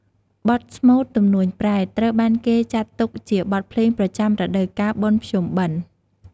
បទស្មូត ទំនួញប្រេត ត្រូវបានគេចាត់ទុកជាបទភ្លេងប្រចាំរដូវកាល បុណ្យភ្ជុំបិណ្ឌ។